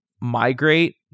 migrate